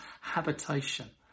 habitation